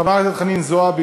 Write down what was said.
חברת הכנסת חנין זועבי,